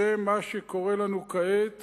זה מה שקורה לנו כעת